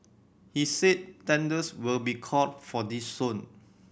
he said tenders will be called for this soon